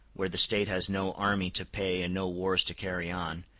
where the state has no army to pay and no wars to carry on,